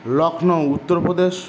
Lucknow Uttar Pradesh